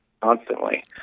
constantly